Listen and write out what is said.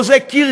או זה קרקס.